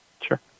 Sure